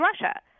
Russia